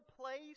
place